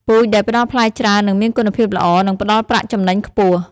ពូជដែលផ្តល់ផ្លែច្រើននិងមានគុណភាពល្អ នឹងផ្ដល់ប្រាក់ចំណេញខ្ពស់។